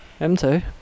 M2